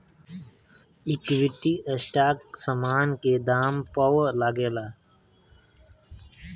equity stock समान के दाम पअ लागेला